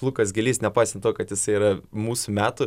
lukas gylys nepaisant to kad jisai yra mūsų metų